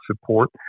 support